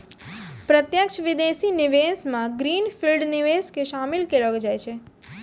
प्रत्यक्ष विदेशी निवेश मे ग्रीन फील्ड निवेश के शामिल केलौ जाय छै